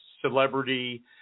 celebrity